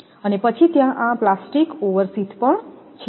અને પછી ત્યાં આ પ્લાસ્ટિક ઓવરશીથ પણ છે